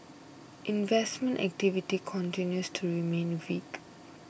investment activity continues to remain weak